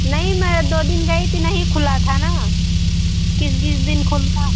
नहीं मैं दो दिन गई थी नहीं खुला था ना किस जिस दिन खुलता है